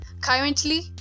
currently